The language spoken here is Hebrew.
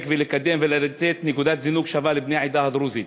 ולקדם ולתת נקודת זינוק שווה לבני העדה הדרוזית.